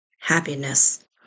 happiness